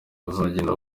buzagenda